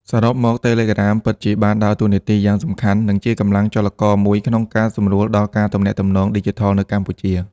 សរុបមក Telegram ពិតជាបានដើរតួនាទីយ៉ាងសំខាន់ និងជាកម្លាំងចលករមួយក្នុងការ សម្រួលដល់ការទំនាក់ទំនងឌីជីថលនៅកម្ពុជា។